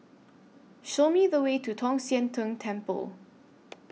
Show Me The Way to Tong Sian Tng Temple